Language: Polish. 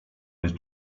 jest